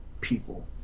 people